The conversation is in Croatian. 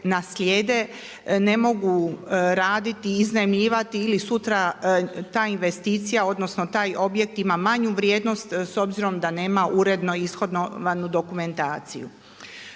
naslijede ne mogu raditi, iznajmljivati ili sutra ta investicija, odnosno taj objekt ima manju vrijednost s obzirom da nema uredno ishodovanu dokumentaciju.